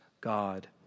God